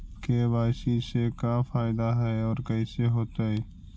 KYC से का फायदा है और कैसे होतै?